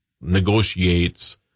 negotiates